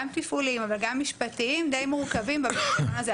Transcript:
תפעוליים אבל גם משפטיים די מורכבים במנגנון הזה.